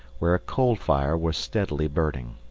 where a coal fire was steadily burning.